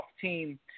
team